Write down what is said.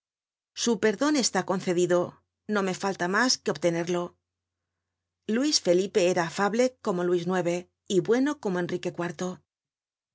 su perdon está concedido no me falta mas que obtenerlo luis felipe era afable como luis ix y bueno como enrique